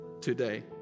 today